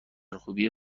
خوبیه